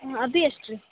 ಅದು ಎಷ್ಟು ರೀ